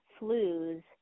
flus